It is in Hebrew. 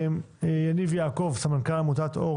יניב יעקב, סמנכ"ל עמותת אור